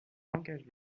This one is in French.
engagée